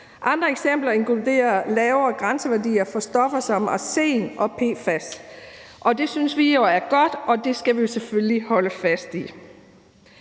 Andre eksempler inkluderer lavere grænseværdier for stoffer som arsen og PFAS. Det synes vi jo er godt, og det skal vi selvfølgelig holde fast i.